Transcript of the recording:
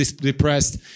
depressed